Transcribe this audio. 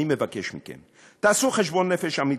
אני מבקש מכם: תעשו חשבון נפש אמיתי,